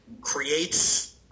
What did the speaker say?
creates